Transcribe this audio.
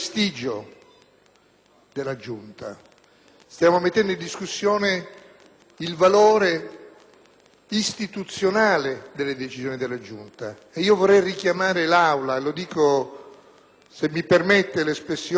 della Giunta. Stiamo mettendo in discussione il valore istituzionale delle decisioni della Giunta. Io vorrei richiamare l'Aula e lo dico, se mi permette l'espressione,